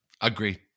agree